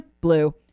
blue